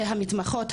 המתמחות,